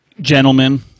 gentlemen